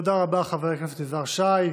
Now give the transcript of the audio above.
תודה רבה, חבר הכנסת יזהר שי.